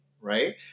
right